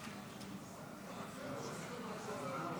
רבה.